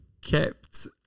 kept